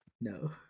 No